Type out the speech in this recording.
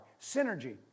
Synergy